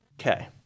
Okay